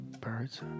Birds